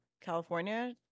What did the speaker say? California